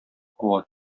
куа